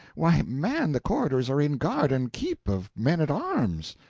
why, man, the corridors are in guard and keep of men-at-arms.